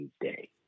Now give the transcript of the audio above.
day